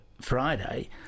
Friday